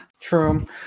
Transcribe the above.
True